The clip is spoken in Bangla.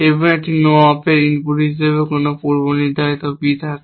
এবং একটি নো অপের ইনপুট হিসাবে কোনও পূর্বনির্ধারিত P থাকে